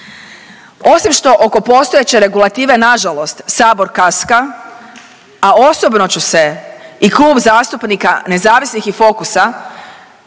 Osim što oko postojeće regulative nažalost sabor kaska, a osobno ću se i Klub zastupnika nezavisnih i Fokusa